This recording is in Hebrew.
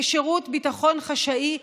כשירות ביטחון חשאי,